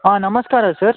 ಹಾಂ ನಮಸ್ಕಾರ ಸರ್